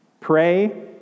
Pray